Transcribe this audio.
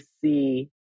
see